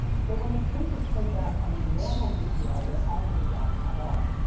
so when the tape is played back on a normal vcr, there are no gaps at all.